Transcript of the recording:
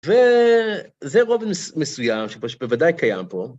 וזה רוב מסוים שפשוט בוודאי קיים פה.